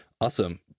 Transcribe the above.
awesome